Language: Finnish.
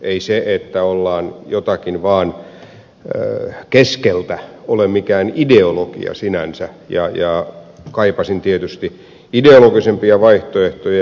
ei se että ollaan jotakin vaan keskeltä ole mikään ideologia sinänsä ja kaipasin tietysti ideologisempia vaihtoehtoja